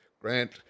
Grant